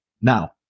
now